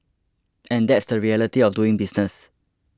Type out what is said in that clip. and that's the reality of doing business